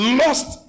lost